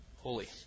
holy